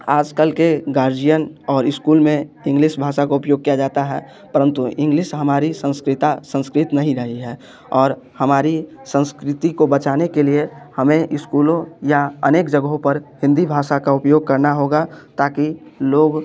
आजकल के गार्जियन और स्कूल में इंग्लिस भाषा को उपयोग किया जाता है परंतु इंग्लिस हमारी संस्कृत नहीं रही है और हमारी संस्कृति को बचाने के लिए हमें स्कूलों या अनेक जगहों पर हिंदी भाषा का उपयोग करना होगा ताकि लोग